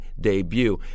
debut